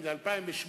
היינו עושים ל-2011,